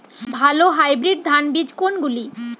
ভালো হাইব্রিড ধান বীজ কোনগুলি?